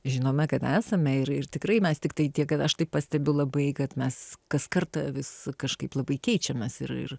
žinome kad esame ir tikrai mes tiktai tiek kad aš tai pastebiu labai kad mes ka kartą vis kažkaip labai keičiamės ir